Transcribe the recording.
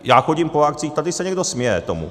Já chodím po akcích tady se někdo směje tomu.